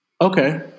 Okay